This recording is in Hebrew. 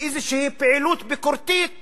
מאיזו פעילות ביקורתית